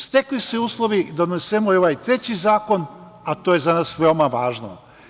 Stekli su se uslovi da donesemo i ovaj treći zakon, a to je za nas veoma važno.